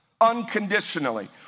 unconditionally